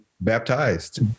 baptized